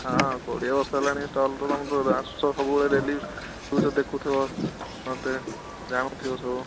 ହଁ କୋଡ଼ିଏ ବର୍ଷ ହେଲାଣି ଷ୍ଟଲ୍କୁ ଆସୁଛ ସବୁବେଳେ ଡେଲି ଦେଖୁଥିବ ମୋତେ ଜାଣୁଥିବ ସବୁ